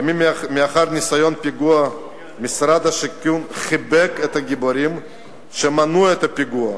ימים לאחר ניסיון הפיגוע משרד השיכון חיבק את הגיבורים שמנעו את הפיגוע.